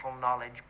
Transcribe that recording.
knowledge